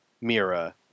Mira